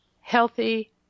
Healthy